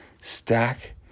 stack